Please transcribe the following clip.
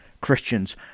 Christians